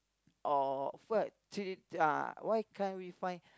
offered three uh why can't we find